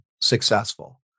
successful